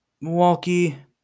Milwaukee